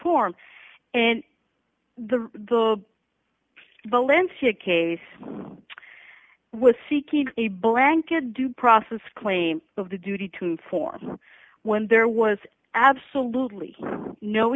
perform and the the valentia case was seeking a blanket due process claim of the duty to inform when there was absolutely no